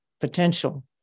potential